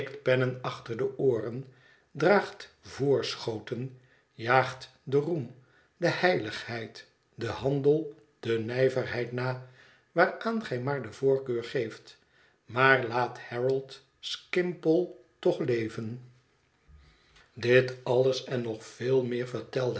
pennen achter de ooren draagt voorschoten jaagt den roem de heiligheid den handel de nijverheid na waaraan gij maar de voorkeur geeft maar laat harold skimpole toch leven dit alles en nog veel meer